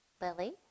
Lily